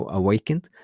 awakened